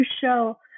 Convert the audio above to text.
show